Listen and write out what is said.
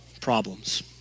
problems